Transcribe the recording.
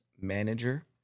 manager